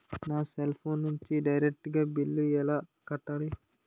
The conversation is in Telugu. నా సెల్ ఫోన్ నుంచి డైరెక్ట్ గా బిల్లు ఎలా కట్టాలి?